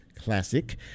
Classic